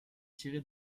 tiré